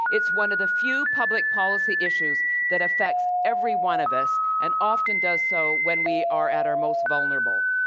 it's one of the few public policy issues that affect every one of us and often does so when we are at our most vulnerable.